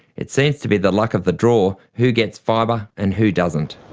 it seems to be the luck of the draw who gets fibre and who doesn't.